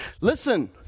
listen